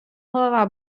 голова